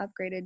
upgraded